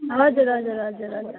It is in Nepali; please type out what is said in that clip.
हजुर हजुर हजुर हजुर